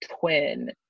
twin